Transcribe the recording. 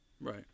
Right